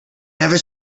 never